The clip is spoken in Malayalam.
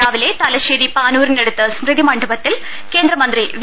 രാവിലെ തലശ്ശേരി പ്രാനൂരിനടുത്ത് സ്മൃതി മണ്ഡപത്തിൽ കേന്ദ്ര മന്ത്രി വി